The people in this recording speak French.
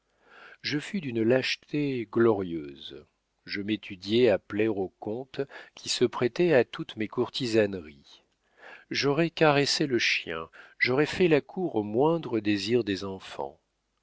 je fus d'une lâcheté glorieuse je m'étudiais à plaire au comte qui se prêtait à toutes mes courtisaneries j'aurais caressé le chien j'aurais fait la cour aux moindres désirs des enfants